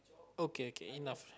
okay okay enough